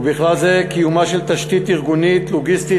ובכלל זה קיומה של תשתית ארגונית לוגיסטית